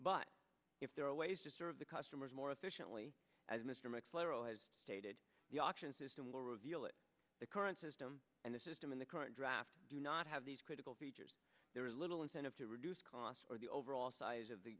but if there are ways to serve the customers more efficiently as mr mclaren has stated the auction system will reveal that the current system and the system in the current draft do not have these critical features there is little incentive to reduce costs or the overall size of the